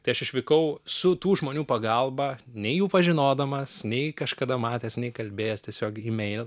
tai aš išvykau su tų žmonių pagalba nei jų pažinodamas nei kažkada matęs nei kalbėjęs tiesiog gmeil